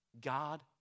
God